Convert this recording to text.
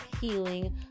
healing